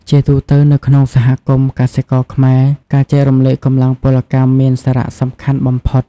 ជាទូទៅ នៅក្នុងសហគមន៍កសិករខ្មែរ ការចែករំលែកកម្លាំងពលកម្មមានសារៈសំខាន់បំផុត។